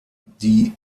die